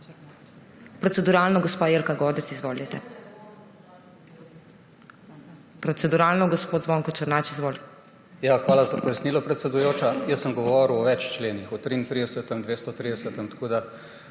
Hvala za pojasnilo, predsedujoča. Jaz sem govoril o več členih, o 33., 230, tako da